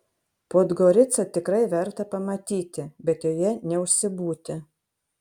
podgoricą tikrai verta pamatyti bet joje neužsibūti